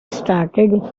started